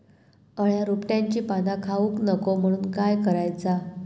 अळ्या रोपट्यांची पाना खाऊक नको म्हणून काय करायचा?